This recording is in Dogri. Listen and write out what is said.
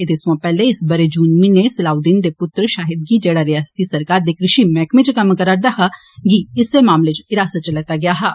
ऐदे सोया पेहलें इस बरे जून म्हीने सलाऊद्दीन दे पुत्र शाहीद गी जेडा रियासती सरकार दे कृषि मैहकमे च कम्म करा'रदा हा गी इस्सै मामले च हिरासत च लैता गेआ हा